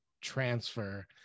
transfer